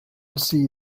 see